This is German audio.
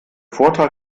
vortrag